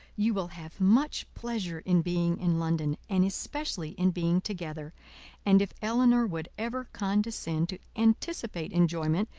you will have much pleasure in being in london, and especially in being together and if elinor would ever condescend to anticipate enjoyment,